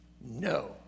No